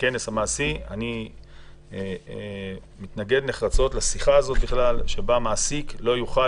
הכנס המעשי אני מתנגד נחרצות לשיחה הזאת שמעסיק לא יוכל